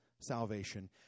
salvation